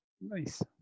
Nice